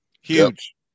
Huge